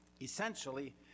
Essentially